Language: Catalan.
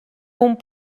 punt